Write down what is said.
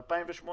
ב-2018